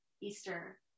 Easter